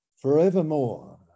forevermore